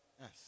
Yes